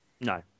No